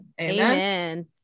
Amen